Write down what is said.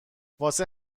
واسه